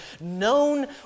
known